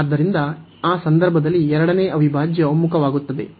ಆದ್ದರಿಂದ ಆ ಸಂದರ್ಭದಲ್ಲಿ ಎರಡನೇ ಅವಿಭಾಜ್ಯ ಒಮ್ಮುಖವಾಗುತ್ತದೆ